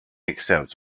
accept